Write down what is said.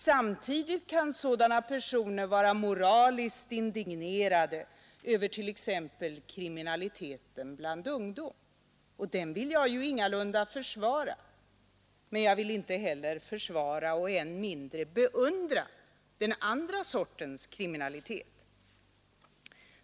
Samtidigt kan sådana personer vara moraliskt indignerade över t.ex. kriminaliteten bland ungdom, och den vill jag ingalunda försvara. Man jag vill inte heller försvara och än mindre beundra den andra sortens kriminalitet.